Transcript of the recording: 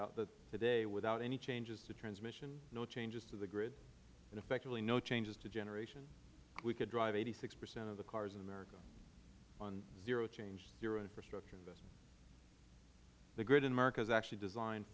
out today without any changes to transmission no changes to the grid and effectively no changes to generation we could drive eighty six percent of the cars in america on zero change zero infrastructure investment the grid in america is actually designed